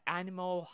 animal